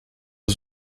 ein